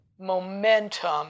momentum